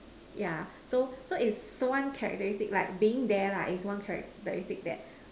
yeah so so it's one characteristic right being there right it's one characteristic that